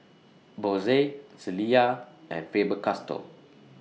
Bose Zalia and Faber Castell